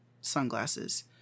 sunglasses